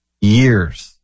years